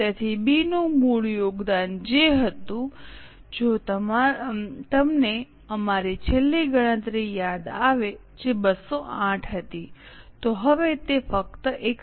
તેથી બી નું મૂળ યોગદાન જે હતું જો તમને અમારી છેલ્લી ગણતરી યાદ આવે જે 208 હતી તો હવે તે ફક્ત 128 પર આવી ગઈ છે